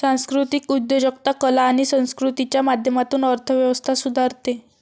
सांस्कृतिक उद्योजकता कला आणि संस्कृतीच्या माध्यमातून अर्थ व्यवस्था सुधारते